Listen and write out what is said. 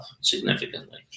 significantly